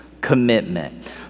commitment